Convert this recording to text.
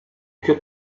could